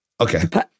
okay